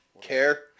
care